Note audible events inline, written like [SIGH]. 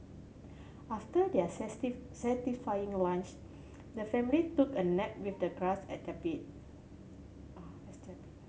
after their [UNINTELLIGIBLE] satisfying lunch the family took a nap with the grass as their bed [UNINTELLIGIBLE]